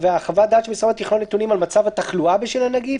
וחוות-הדעת של משרד הבריאות יכלול נתונים על מצב התחלואה בשל הנגיף,